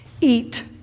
eat